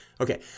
Okay